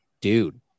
Dude